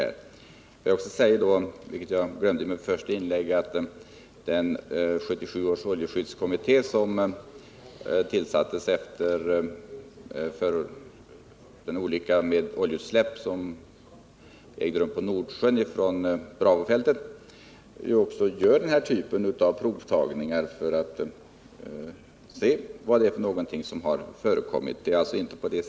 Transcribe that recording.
Jag vill också nämna något som jag glömde i mitt första inlägg, nämligen att 1977 års oljeskyddskommitté, som tillsattes efter olyckan med oljeutsläpp från Bravofältet på Nordsjön, gör provtagning för att se vilka typer av olja som flutit in på den bohuslänska kusten.